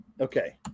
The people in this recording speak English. Okay